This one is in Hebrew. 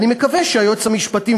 אני מקווה שהיועץ המשפטי,